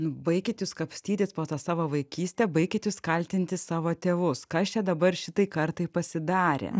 baikit jūs kapstytis po tą savo vaikystę baikit jūs kaltinti savo tėvus kas čia dabar šitai kartai pasidarė